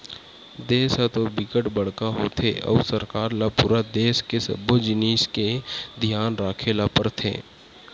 देस ह तो बिकट बड़का होथे अउ सरकार ल पूरा देस के सब्बो जिनिस के धियान राखे ल परथे